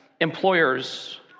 employers